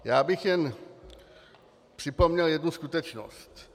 Já bych jen připomněl jednu skutečnost.